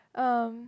um